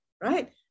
right